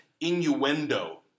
innuendo